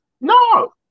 No